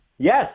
yes